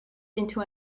into